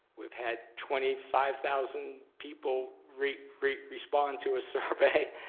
we've had twenty five thousand people respond to a survey.